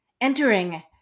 entering